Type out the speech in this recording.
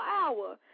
hour